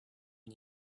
тем